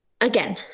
again